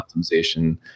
optimization